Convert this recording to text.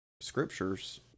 scriptures